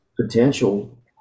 potential